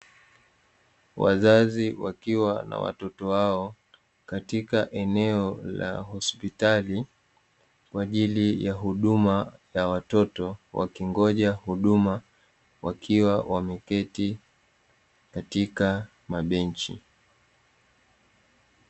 Wazazi wakiwa na watoto wao katika eneo la hospitali kwa ajili ya huduma ya watoto, wakingoja huduma wakiwa wameketi katika mabenchi.